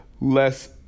less